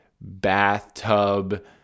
bathtub